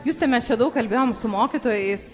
juste mes čia daug kalbėjom su mokytojais